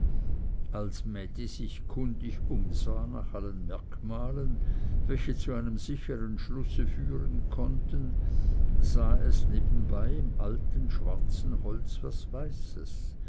als mädi sich kundig umsah nach allen merkmalen welche zu einem sichern schlusse führen konnten sah es nebenbei im alten schwarzen holz was weißes